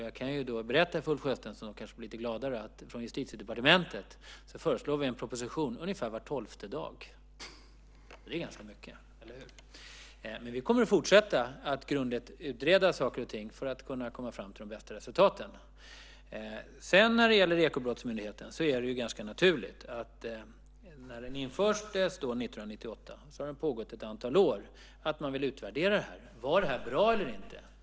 Jag kan berätta för Ulf Sjösten, så kanske han blir lite gladare, att Justitiedepartementet föreslår en proposition ungefär var tolfte dag. Det är ganska mycket, eller hur? Vi kommer att fortsätta att grundligt utreda saker och ting för att kunna komma fram till de bästa resultaten. När det sedan gäller Ekobrottsmyndigheten infördes den 1998 och har pågått ett antal år, så det är ganska naturligt att man nu vill utvärdera den: Var detta bra eller inte?